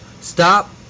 stop